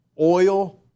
oil